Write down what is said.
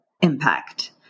impact